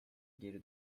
geri